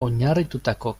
oinarritutako